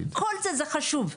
כל זה זה חשוב.